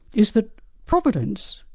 is that providence,